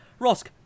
Rosk